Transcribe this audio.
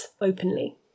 openly